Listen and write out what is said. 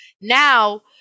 now